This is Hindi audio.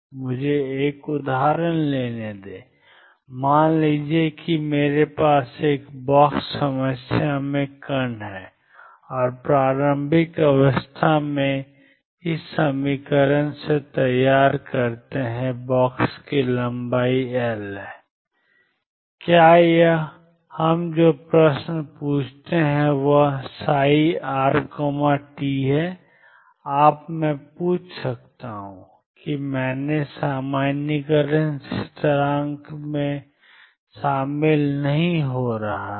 मुझे एक उदाहरण लेने दें मान लीजिए कि मेरे पास एक बॉक्स समस्या में कण है और प्रारंभिक अवस्था मैं r0πxL तैयार करता हूं बॉक्स की लंबाई L है क्या है और हम जो प्रश्न पूछते हैं वह है ψrt आप मैं पूछ सकता हूं कि मैं सामने सामान्यीकरण स्थिरांक में शामिल नहीं हो रहा हूं